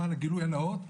למען הגילוי הנאות,